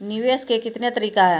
निवेश के कितने तरीका हैं?